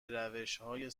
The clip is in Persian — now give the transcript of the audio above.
روشهای